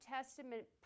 Testament